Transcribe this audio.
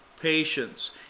patience